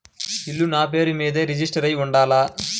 ఇల్లు నాపేరు మీదే రిజిస్టర్ అయ్యి ఉండాల?